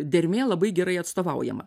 dermė labai gerai atstovaujama